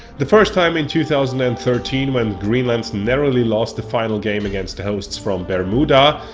the first time in two thousand and thirteen when greenland narrowly lost the final game against the hosts from bermuda,